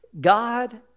God